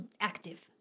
active